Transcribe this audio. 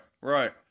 right